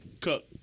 Cook